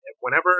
whenever